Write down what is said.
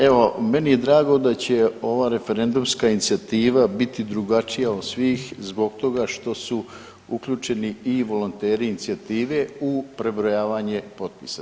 Evo, meni je drago da će ova referendumska inicijativa biti drugačija od svih zbog toga što su uključeni i volonteri inicijative u prebrojavanje potpisa.